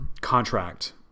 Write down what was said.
contract